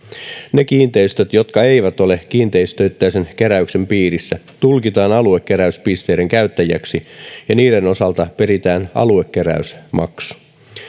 ne kiinteistöt jotka eivät ole kiinteistöittäisen keräyksen piirissä tulkitaan aluekeräyspisteiden käyttäjiksi ja niiden osalta peritään aluekeräysmaksu